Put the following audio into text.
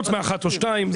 חוץ מאחת או שתיים.